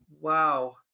Wow